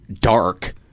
dark